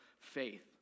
faith